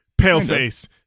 Paleface